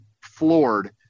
floored